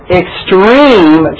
extreme